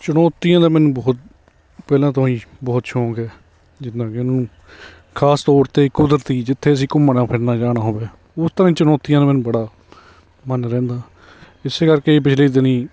ਚੁਣੌਤੀਆਂ ਦਾ ਮੈਨੂੰ ਬਹੁਤ ਪਹਿਲਾਂ ਤੋਂ ਹੀ ਬਹੁਤ ਸ਼ੌਕ ਹੈ ਜਿੱਦਾਂ ਕਿ ਇਹਨੂੰ ਖਾਸ ਤੌਰ 'ਤੇ ਕੁਦਰਤੀ ਜਿੱਥੇ ਅਸੀਂ ਘੁੰਮਣਾ ਫਿਰਨਾ ਜਾਣਾ ਹੋਵੇ ਉਸ ਤਰ੍ਹਾਂ ਚੁਣੌਤੀਆਂ ਦਾ ਮੈਨੂੰ ਬੜਾ ਮਨ ਰਹਿੰਦਾ ਇਸ ਕਰਕੇ ਪਿਛਲੇ ਦਿਨ